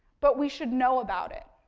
but we should know about it,